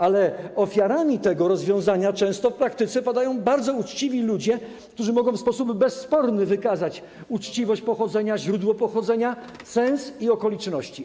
Ale ofiarami tego rozwiązania w praktyce często padają bardzo uczciwi ludzie, którzy mogą w sposób bezsporny wykazać uczciwość pochodzenia, źródło pochodzenia, sens i okoliczności.